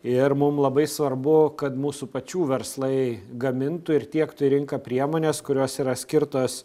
ir mum labai svarbu kad mūsų pačių verslai gamintų ir tiektų į rinką priemones kurios yra skirtos